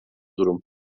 durum